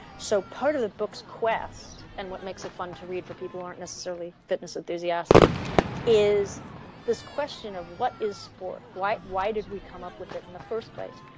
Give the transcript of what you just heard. so part of the books quest and what makes it fun to read for people who aren't necessarily fitness enthusiast is this question of what is sports, why why did we come up with it in the first place,